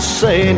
say